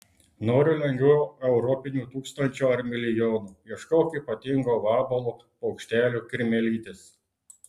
nori lengvų europinių tūkstančių ar milijonų ieškok ypatingo vabalo paukštelio kirmėlytės